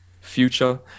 Future